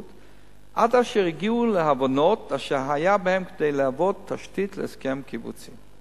עד אשר הגיעו להבנות אשר היה בהן כדי להוות תשתית להסכם קיבוצי".